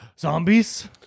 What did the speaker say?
zombies